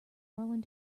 rolling